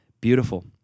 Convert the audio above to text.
Beautiful